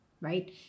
right